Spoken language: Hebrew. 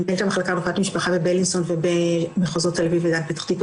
במחלקה לרפואת משפחה בבילינסון ובמחוזות תל אביב ופתח תקוה